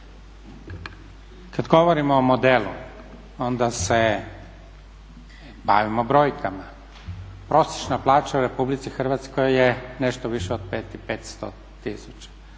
Kad govorimo o modelu onda se bavimo brojkama. Prosječna plaća u RH je nešto više od 5500.